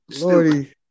Lordy